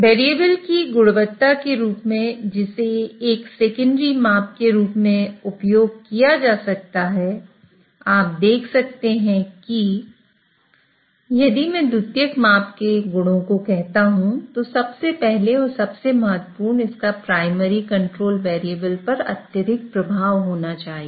variable की गुणवत्ता के रूप में जिसे एक सेकेंडरी माप के रूप में उपयोग किया जा सकता है आप देख सकते हैं कि यदि मैं द्वितीयक माप के गुणों को कहता हूं तो सबसे पहले और सबसे महत्वपूर्ण इसका प्राइमरी कंट्रोल वेरिएबल पर अत्यधिक प्रभाव होना चाहिए